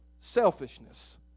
Selfishness